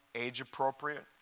Age-appropriate